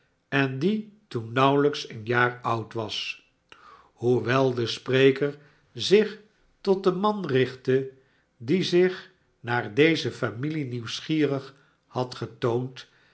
en die toen nauwelijks een jaar oud was hoewel de spreker zich tot den man richtte die zich naar deze familie nieuwsgierig had getoond